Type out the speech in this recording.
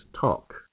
talk